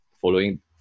following